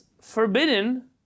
forbidden